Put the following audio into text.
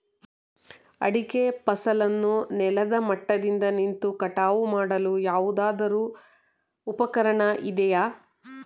ಅಡಿಕೆ ಫಸಲನ್ನು ನೆಲದ ಮಟ್ಟದಿಂದ ನಿಂತು ಕಟಾವು ಮಾಡಲು ಯಾವುದಾದರು ಉಪಕರಣ ಇದೆಯಾ?